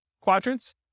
quadrants